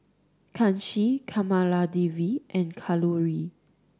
Kanshi Kamaladevi and Kalluri